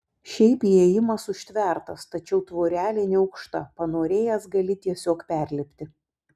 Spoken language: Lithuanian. šiaip įėjimas užtvertas tačiau tvorelė neaukšta panorėjęs gali tiesiog perlipti